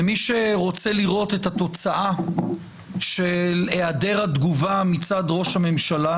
ומי שרוצה לראות את התוצאה של היעדר התגובה מצד ראש הממשלה,